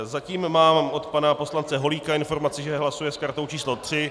Zatím mám od pana poslance Holíka informaci, že hlasuje s kartou číslo 3.